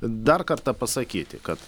dar kartą pasakyti kad